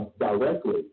directly